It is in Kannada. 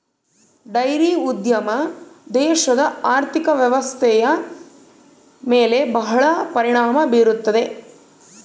ಡೈರಿ ಉದ್ಯಮ ದೇಶದ ಆರ್ಥಿಕ ವ್ವ್ಯವಸ್ಥೆಯ ಮೇಲೆ ಬಹಳ ಪರಿಣಾಮ ಬೀರುತ್ತದೆ